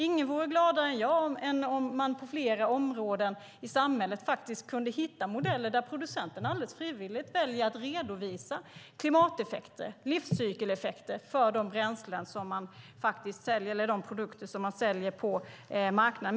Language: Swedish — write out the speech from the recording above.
Ingen vore gladare än jag om man på fler områden i samhället kunde hitta modeller där producenterna alldeles frivilligt väljer att redovisa klimateffekter och livscykeleffekter för de produkter som de säljer på marknaden.